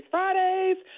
Fridays